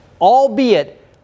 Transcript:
albeit